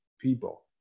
people